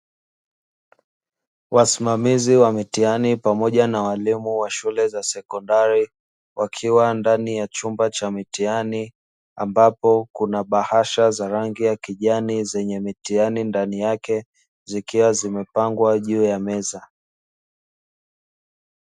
Wasimamizi wa mitihani pamoja na walimu wa shule za sekondari, wakiwa ndani ya chumba cha mitihani ambapo kuna bahasha za rangi ya kijani zenye mitihani ndani yake, zikiwa zimepangwa juu ya meza.